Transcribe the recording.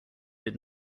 did